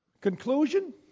Conclusion